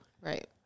Right